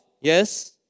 yes